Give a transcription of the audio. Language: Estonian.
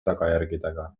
tagajärgedega